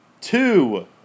two